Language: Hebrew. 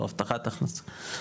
או הבטחת הכנסה.